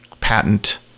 patent